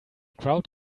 crowd